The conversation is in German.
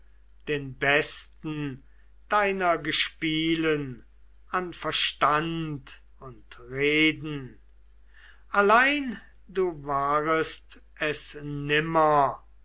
den besten deiner gespielen an verstand und reden allein du wärest es nimmer